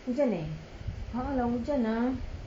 hujan eh a'ah lah hujan lah